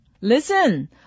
Listen